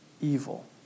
Evil